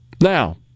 Now